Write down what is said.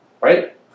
right